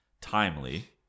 Timely